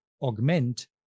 augment